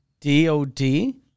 D-O-D